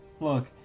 look